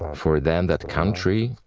for them that country,